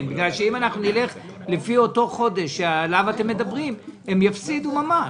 אם נלך לפי אותו חודש שעליו אתם מדברים הם יפסידו ממש,